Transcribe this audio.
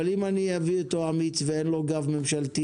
אבל אם אני אביא אותו אמיץ ואין לו גב ממשלתי?